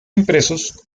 impresos